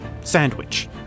Sandwich